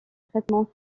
traitement